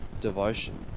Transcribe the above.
devotion